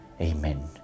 Amen